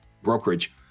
Brokerage